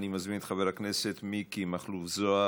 אני מזמין את חבר הכנסת מיקי מכלוף זוהר.